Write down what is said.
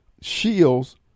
shields